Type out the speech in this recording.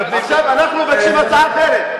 אנחנו מבקשים הצעה אחרת.